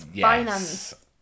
finance